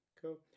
cool